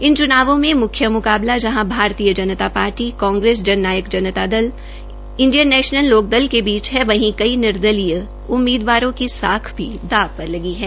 इन चूनावों में मुख्य मुकाबला जहां Bharatiya Janata party Congress Jan Nayak Janata Dal Indian National Lokdal के बीच है वहीं कई निर्दलीय उम्मीदवार की साख भी दाव पर लगी है